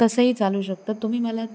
तसंही चालू शकतं तुम्ही मला